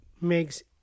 makes